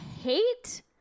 hate